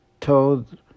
told